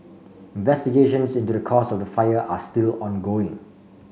investigations into the cause of the fire are still ongoing